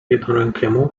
jednorękiemu